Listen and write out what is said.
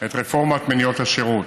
את רפורמת מוניות השירות.